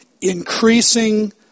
increasing